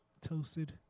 toasted